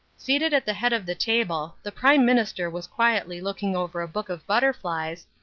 seated at the head of the table, the prime minister was quietly looking over a book of butterflies,